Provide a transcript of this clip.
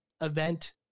event